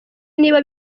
niba